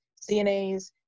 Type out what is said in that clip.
CNAs